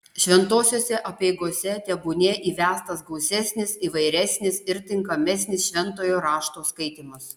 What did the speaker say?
šventosiose apeigose tebūnie įvestas gausesnis įvairesnis ir tinkamesnis šventojo rašto skaitymas